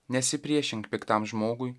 nesipriešink piktam žmogui